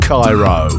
Cairo